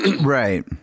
Right